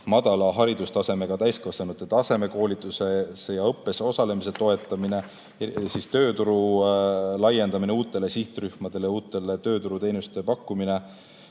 madala haridustasemega täiskasvanute tasemekoolituses ja ‑õppes osalemise toetamine, tööturu laiendamine uutele sihtrühmadele, uute tööturuteenuste pakkumine,